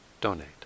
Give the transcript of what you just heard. donate